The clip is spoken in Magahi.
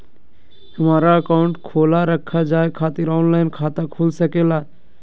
हमारा अकाउंट खोला रखा जाए खातिर ऑनलाइन खाता खुल सके ला?